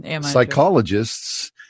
Psychologists